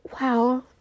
Wow